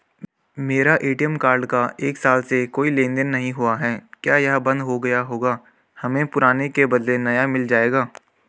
मेरा ATM card का एक साल से कोई लेन देन नहीं हुआ है क्या यह बन्द हो गया होगा हमें पुराने के बदलें नया मिल जाएगा?